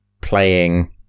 playing